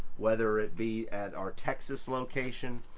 whether it be at our texas location,